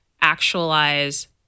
actualize